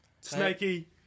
Snakey